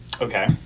okay